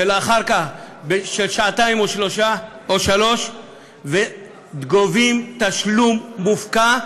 אחר כך, של שעתיים או שלוש, וגובים תשלום מופקע.